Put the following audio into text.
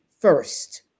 first